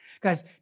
Guys